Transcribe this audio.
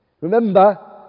Remember